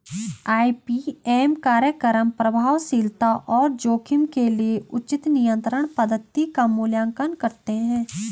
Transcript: IPM कार्यक्रम प्रभावशीलता और जोखिम के लिए उचित नियंत्रण पद्धति का मूल्यांकन करते हैं